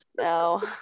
No